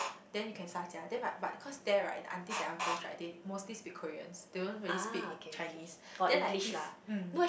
then you can 调价 then but but cause there right the aunties and uncles right they mostly speak Koreans they don't really speak in Chinese then like if mm